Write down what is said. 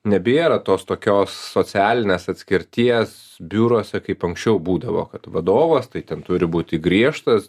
nebėra tos tokios socialinės atskirties biuruose kaip anksčiau būdavo kad vadovas tai ten turi būti griežtas